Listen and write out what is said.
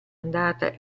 andata